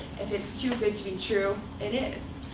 if it's too good to be true, it is,